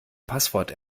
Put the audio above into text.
passwort